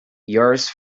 yours